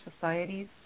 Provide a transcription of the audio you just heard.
societies